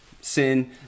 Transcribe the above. sin